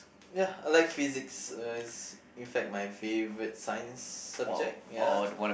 ya I like Physics it's in fact my favorite Science subject ya